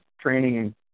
training